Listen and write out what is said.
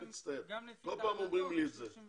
אני מאוד מצטער, כל פעם אומרים לי את זה.